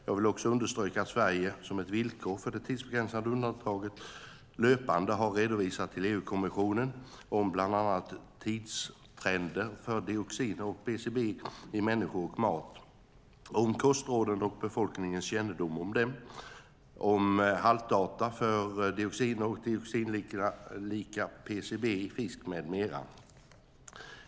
Jag vill också understryka att Sverige som ett villkor för det tidsbegränsade undantaget löpande har rapporterat till EU-kommissionen om bland annat tidstrender för dioxiner och PCB i människor och mat, om kostråden och befolkningens kännedom om dem, om haltdata för dioxiner och dioxinlika PCB i fisk med mera.